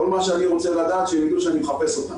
כל מה שאני רוצה לדעת הוא שהם ידעו שאני מחפש אותם,